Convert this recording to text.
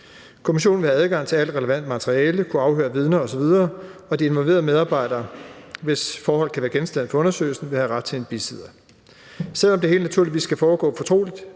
Kommissionen vil have adgang til alt relevant materiale og kunne afhøre vidner osv., og de involverede medarbejdere, hvis forhold kan være genstand for undersøgelsen, vil have ret til en bisidder. Selv om det hele naturligvis skal foregå fortroligt,